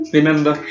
Remember